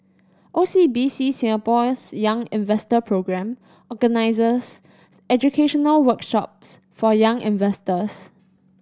O C B C Singapore's Young Investor Programme organizes educational workshops for young investors